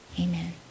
Amen